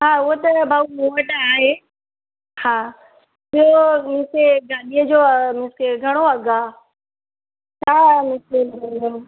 हा उअ त भाऊ मूं वट आहे हा ॿियो मुखे ॻाॾिअ जो घणो अॻ आ केतरो